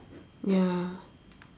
ya